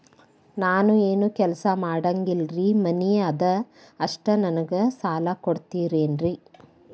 ನಾನು ಏನು ಕೆಲಸ ಮಾಡಂಗಿಲ್ರಿ ಮನಿ ಅದ ಅಷ್ಟ ನನಗೆ ಸಾಲ ಕೊಡ್ತಿರೇನ್ರಿ?